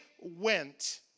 went